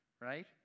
right